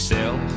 Sell